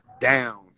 down